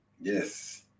Yes